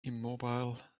immobile